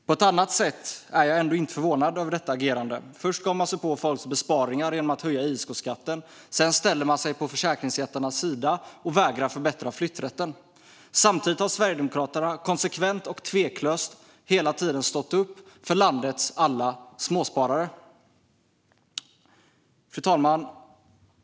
På ett annat sätt är jag ändå inte förvånad över detta agerande. Först gav man sig på folks besparingar genom att höja ISK-skatten. Sedan ställde man sig på försäkringsjättarnas sida och vägrade förbättra flytträtten. Samtidigt har Sverigedemokraterna konsekvent och tveklöst hela tiden stått upp för landets alla småsparare. Fru talman!